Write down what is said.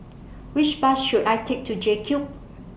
Which Bus should I Take to JCube